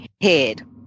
head